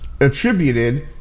attributed